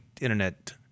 internet